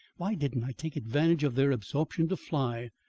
why didn't i take advantage of their absorption to fly?